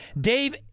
Dave